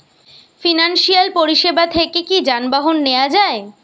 Financial পরিসেবা থেকে কি যানবাহন নেওয়া যায়?